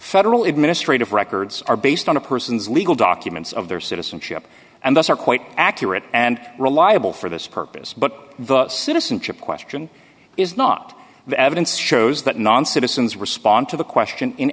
federal administrative records are based on a person's legal documents of their citizenship and thus are quite accurate and reliable for this purpose but the citizenship question is not the evidence shows that non citizens respond to the question in